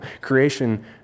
Creation